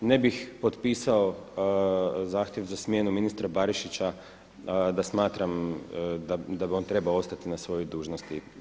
Ne bih potpisao zahtjev za smjenu ministra Barišića da smatram da bi on trebao ostati na svojoj dužnosti.